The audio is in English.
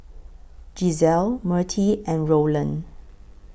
Giselle Mertie and Rowland